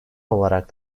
olarak